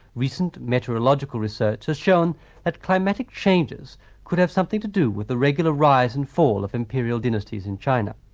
recent meteorological research has shown that climatic changes could have something to do with the regular rise and fall of imperial dynasties in china.